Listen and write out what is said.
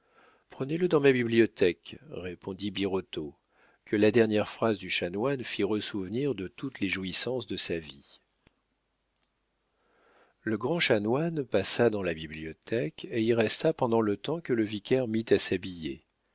prenez-le dans ma bibliothèque répondit birotteau que la dernière phrase du chanoine fit ressouvenir de toutes les jouissances de sa vie le grand chanoine passa dans la bibliothèque et y resta pendant le temps que le vicaire mit à s'habiller